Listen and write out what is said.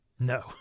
No